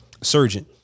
Surgeon